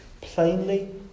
plainly